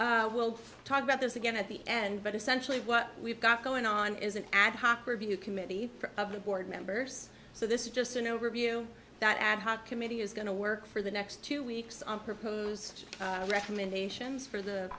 well we'll talk about this again at the end but essentially what we've got going on is an ad hoc review committee of the board members so this is just an overview that ad hoc committee is going to work for the next two weeks on proposed recommendations for the